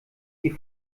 die